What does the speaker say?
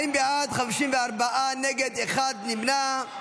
40 בעד, 54 נגד, אחד נמנע.